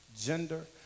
gender